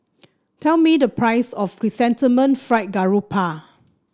tell me the price of Chrysanthemum Fried Garoupa